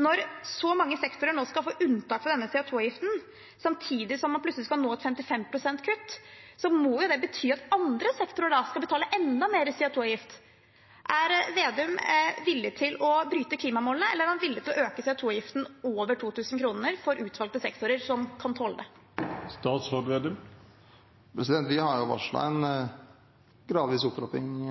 Når så mange sektorer nå skal få unntak fra denne CO 2 -avgiften, samtidig som man plutselig skal nå 55 pst. kutt, må jo det bety at andre sektorer skal betale enda mer i CO 2 -avgift. Er Slagsvold Vedum villig til å bryte klimamålene, eller er han villig til å øke CO 2 -avgiften over 2 000 kr for utvalgte sektorer som kan tåle det? Vi har varslet en gradvis opptrapping